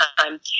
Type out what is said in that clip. time